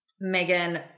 Megan